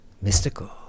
mystical